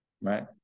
Right